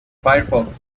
firefox